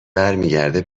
برمیگرده